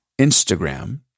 Instagram